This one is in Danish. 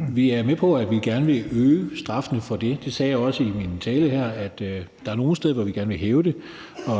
Larsen (LA): Vi vil gerne øge straffene for det, og jeg sagde også i min tale, at der er nogle steder, hvor vi gerne vil hæve dem.